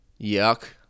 Yuck